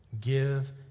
Give